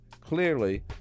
clearly